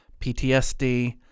PTSD